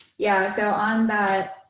yeah, so on that.